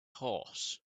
horse